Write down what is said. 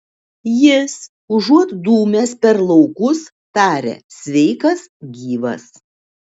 jis užuot dūmęs per laukus taria sveikas gyvas